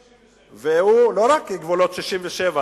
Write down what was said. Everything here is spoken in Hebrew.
גבולות 67'. לא רק גבולות 67',